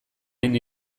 hain